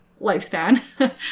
lifespan